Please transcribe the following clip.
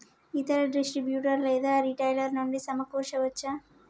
ఇతర డిస్ట్రిబ్యూటర్ లేదా రిటైలర్ నుండి సమకూర్చుకోవచ్చా?